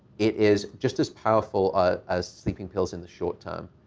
it is just as powerful ah as sleeping pills in the short-term.